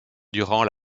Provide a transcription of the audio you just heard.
durant